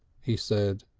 he said.